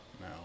No